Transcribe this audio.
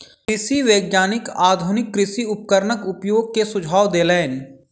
कृषि वैज्ञानिक आधुनिक कृषि उपकरणक उपयोग के सुझाव देलैन